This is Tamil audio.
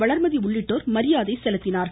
வளர்மதி உள்ளிட்டோர் மரியாதை செலுத்தினார்கள்